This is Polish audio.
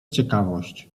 ciekawość